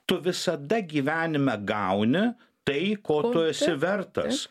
tu visada gyvenime gauni tai ko tu esi vertas